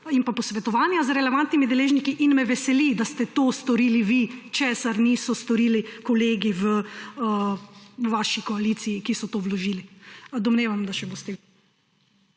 in posvetovanja z relevantnimi deležniki. In me veseli, da ste to storili vi, česar niso storili kolegi v vaši koaliciji, ki so to vložili. Domnevam, da boste